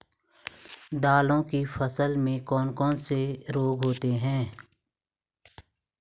दालों की फसल में कौन कौन से रोग होते हैं?